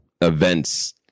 events